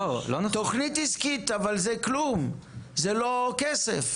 תכנית עסקית זה כלום, זה לא כסף.